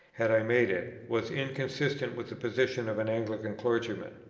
had i made it, was inconsistent with the position of an anglican clergyman.